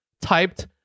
typed